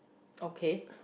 okay